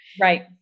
Right